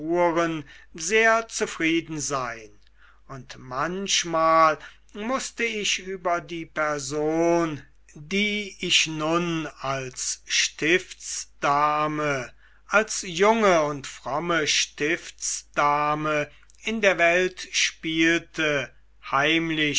sehr zufrieden sein und manchmal mußte ich über die person die ich nun als stiftsdame als junge und fromme stiftsdame in der welt spielte heimlich